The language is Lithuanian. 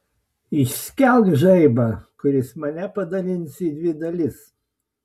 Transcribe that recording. išskelk žaibą kuris mane padalins į dvi dalis